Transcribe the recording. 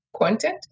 content